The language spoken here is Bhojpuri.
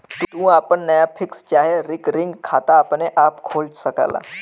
तू आपन नया फिक्स चाहे रिकरिंग खाता अपने आपे खोल सकला